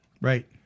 Right